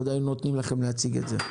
אז עוד היינו נותנים לכם להציג את זה.